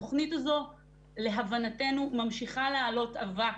התכנית הזאת להבנתנו ממשיכה להעלות אבק